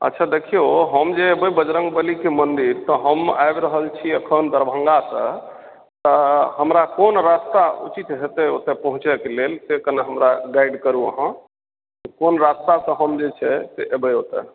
अच्छा देखियो हम जे अयबै बजरंगबलीके मन्दिर तऽ हम आबि रहल छी अखन दरभंगा से तऽ हमरा कोन रस्ता उचित हेतै ओतय पहुँचैके लेल से कने हमरा गाइड करू अहाँ कोन रास्ता से हम जे छै से अयबै ओतऽ